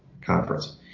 conference